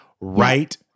right